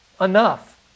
Enough